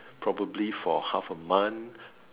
probably for half a month